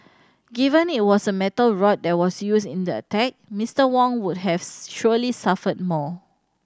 given it was a metal rod that was used in the attack Mister Wang would have surely suffered more